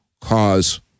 Cause